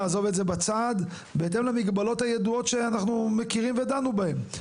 נעזוב את זה בצד בהתאם למגבלות הידועות שאנחנו מכירים ודנו בהם.